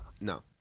No